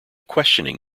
questioning